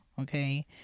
okay